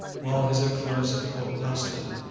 while his influence at court lasted,